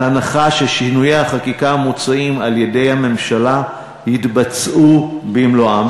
על ההנחה ששינויי החקיקה המוצעים על-ידי הממשלה יתבצעו במלואם,